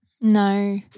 No